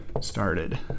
started